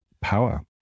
power